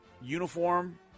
uniform